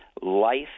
life